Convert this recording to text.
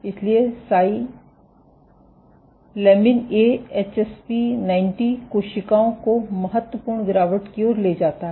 इसलिए साई लमिन ए HSP90 कोशिकाओं को महत्वपूर्ण गिरावट की ओर ले जाता है